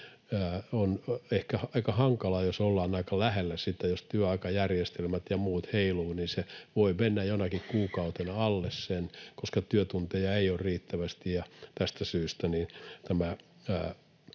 on ehkä aika hankala. Jos ollaan aika lähellä sitä, niin jos työaikajärjestelmät ja muut heiluvat, se voi mennä jonakin kuukautena alle sen, koska työtunteja ei ole riittävästi. Tästä syystä tämän